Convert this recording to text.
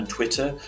Twitter